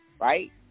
right